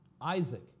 Isaac